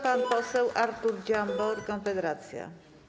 Pan poseł Artur Dziambor, Konfederacja.